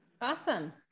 Awesome